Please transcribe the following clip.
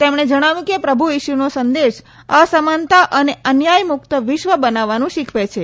તેમણે જજ્ઞાવ્યું કે પ્રભુ ઇશુનો સંદેશ અસમાનતા અને અન્યાય મુક્ત વિશ્વ બનાવવાનું શીખવે છે